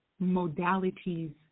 modalities